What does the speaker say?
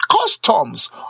customs